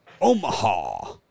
Omaha